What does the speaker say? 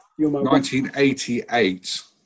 1988